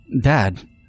Dad